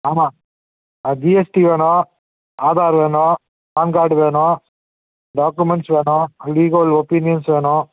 ஆமாம் ஜிஎஸ்டி வேணும் ஆதார் வேணும் பான் கார்டு வேணும் டாக்குமென்ட்ஸ் வேணும் லீகல் ஒப்பீனியன்ஸ் வேணும்